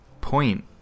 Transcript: point